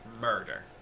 Murder